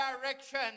direction